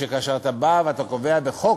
שכאשר אתה בא וקובע בחוק,